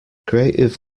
creative